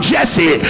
Jesse